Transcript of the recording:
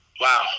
Wow